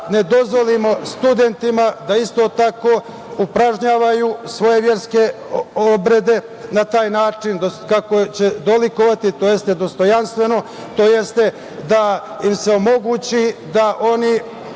ne dozvolimo studentima da isto tako upražnjavaju svoje verske obrede na taj način kako će dolikovati, tj. dostojanstveno, odnosno da im se omogući da oni